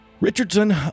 Richardson